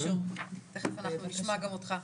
אם אתה רשום, נשמע גם אותך.